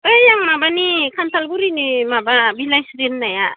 ओइ आं माबानि खान्थालगुरिनि माबा बिनास्रि होननाया